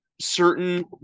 certain